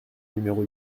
numéro